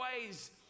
ways